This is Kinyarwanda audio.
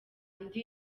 andi